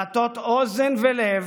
להטות אוזן ולב